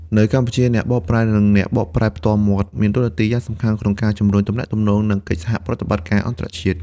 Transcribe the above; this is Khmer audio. នៅកម្ពុជា អ្នកបកប្រែ និងអ្នកបកប្រែផ្ទាល់មាត់មានតួនាទីយ៉ាងសំខាន់ក្នុងការជំរុញទំនាក់ទំនង និងកិច្ចសហប្រតិបត្តិការអន្តរជាតិ។